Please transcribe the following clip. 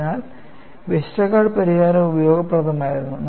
അതിനാൽ വെസ്റ്റർഗാർഡ് പരിഹാരം ഉപയോഗപ്രദമായിരുന്നു